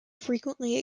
frequently